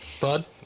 bud